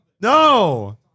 No